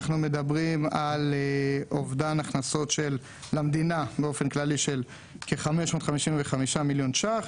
אנחנו מדברים על אובדן הכנסות למדינה של כ-555 מיליון ₪,